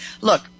look